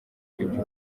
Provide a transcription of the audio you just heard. ibyo